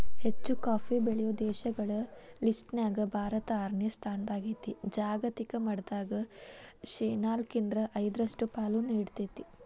ಹೆಚ್ಚುಕಾಫಿ ಬೆಳೆಯೋ ದೇಶಗಳ ಲಿಸ್ಟನ್ಯಾಗ ಭಾರತ ಆರನೇ ಸ್ಥಾನದಾಗೇತಿ, ಜಾಗತಿಕ ಮಟ್ಟದಾಗ ಶೇನಾಲ್ಕ್ರಿಂದ ಐದರಷ್ಟು ಪಾಲು ನೇಡ್ತೇತಿ